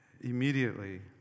immediately